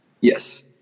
Yes